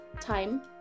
time